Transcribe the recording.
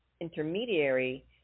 intermediary